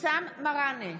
אבתיסאם מראענה,